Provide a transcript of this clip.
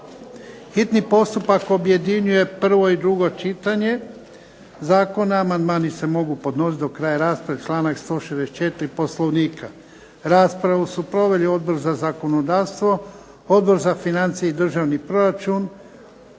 hitni postupak objedinjuje prvo i drugo čitanje zakona. Amandmani se mogu podnositi do kraja rasprave, članak 164. Poslovnika. Raspravu su proveli Odbor za zakonodavstvo, Odbor za financije i državni proračun.